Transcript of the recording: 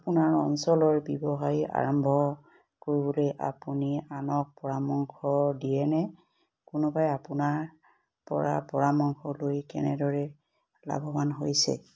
আপোনাৰ অঞ্চলৰ ব্যৱসায়ী আৰম্ভ কৰিবলৈ আপুনি আনক পৰামৰ্শ দিয়েনে কোনোবাই আপোনাৰ পৰা পৰামৰ্শ লৈ কেনেদৰে লাভৱান হৈছে